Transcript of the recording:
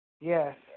yes